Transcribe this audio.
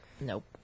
Nope